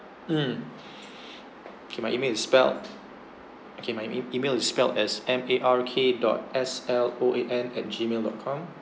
mm K my email is spelled okay my e~ email is spelled as M A R K dot S L O A N at gmail dot com